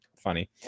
funny